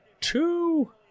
two